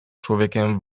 człowiekiem